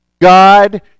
God